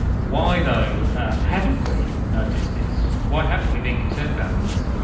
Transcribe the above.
why though haven't we noticed this, why haven't we been concerned about this?